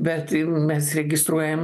bet mes registruojam